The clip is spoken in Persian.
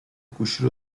گوشی